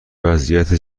وضعیت